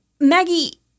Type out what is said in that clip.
Maggie